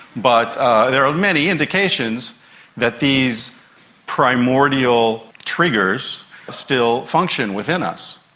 but there are many indications that these primordial triggers still function within us.